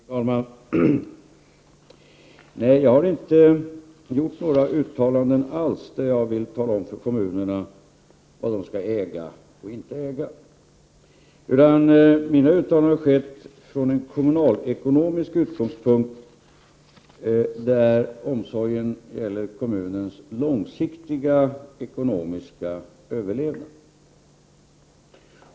Fru talman! Nej, jag har inte gjort några uttalanden alls för att tala om för kommunerna vad de skall äga eller inte äga, utan mina uttalanden har skett från en kommunalekonomisk utgångspunkt, och omsorgen gäller kommunernas långsiktiga ekonomiska överlevnad.